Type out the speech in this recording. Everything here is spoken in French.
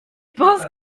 penses